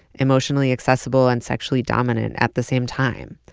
emotionally accessible and sexually dominant at the same time?